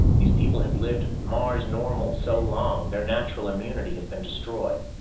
these people have lived mars-normal so long their natural immunity has been destroyed.